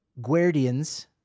guardians